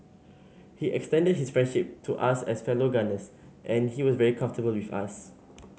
he extended his friendship to us as fellow gunners and he was very comfortable with us